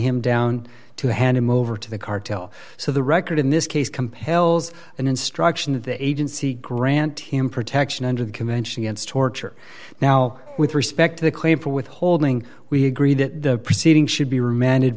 him down to hand him over to the cartel so the record in this case compels an instruction that the agency grant him protection under the convention against torture now with respect to the claim for withholding we agree that the proceeding should be remanded